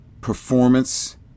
performance